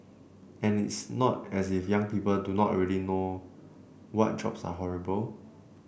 and it's not as if young people do not already know what jobs are horrible